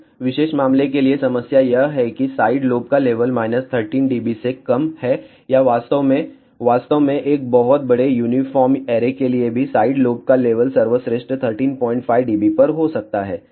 इस विशेष मामले के लिए समस्या यह है कि साइड लोब का लेवल 13 dB से कम है या वास्तव में वास्तव में एक बहुत बड़े यूनिफॉर्म ऐरे के लिए भी साइड लोब का लेवल सर्वश्रेष्ठ 135 dB पर हो सकता है